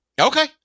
Okay